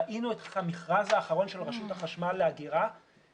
ראינו את המכרז האחרון של רשות החשמל לאגירה, הוא